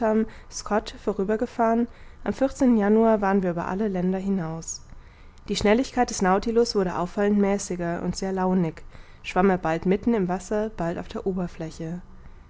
gefahren am januar waren wir über alle länder hinaus die schnelligkeit des nautilus wurde auffallend mäßiger und sehr launig schwamm er bald mitten im wasser bald auf der oberfläche